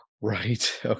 Right